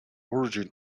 origin